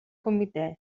comitè